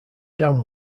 dam